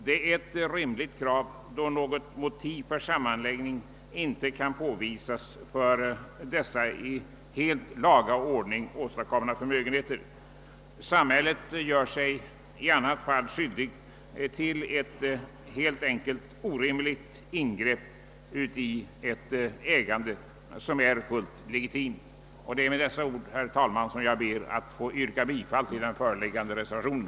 Detta är ett rimligt krav då något motiv för sammanläggning inte kan påvisas beträffande dessa helt i laga ordning åstadkomna förmögenheter. Samhället gör sig i annat fall helt enkelt skyldigt till ett orimligt ingrepp i ett fullt legitimt ägande. Med dessa ord ber jag, herr talman, att få yrka bifall till den föreliggande reservationen.